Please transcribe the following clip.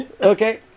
Okay